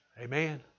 Amen